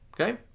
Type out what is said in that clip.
okay